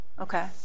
Okay